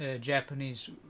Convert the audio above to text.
Japanese